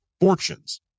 fortunes